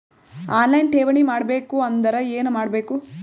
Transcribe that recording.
On line ಠೇವಣಿ ಮಾಡಬೇಕು ಅಂದರ ಏನ ಮಾಡಬೇಕು?